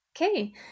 Okay